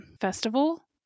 festival